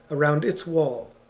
around its wall,